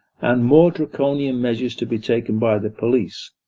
and more draconian measures to be taken by the police,